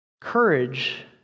Courage